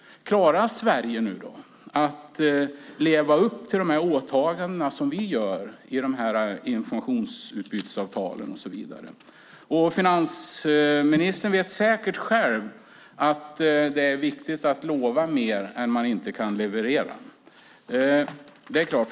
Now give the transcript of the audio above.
Klarar Sverige att leva upp till de åtaganden som vi gör i informationsutbytesavtalen? Finansministern vet säkert själv att det är viktigt att inte lova mer än man kan leverera.